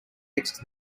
next